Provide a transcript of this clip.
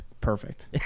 perfect